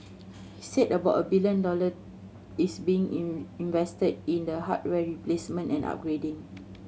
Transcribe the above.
he said about a billion dollar is being in invested in the hardware replacement and upgrading